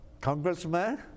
Congressman